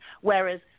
Whereas